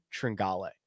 Tringale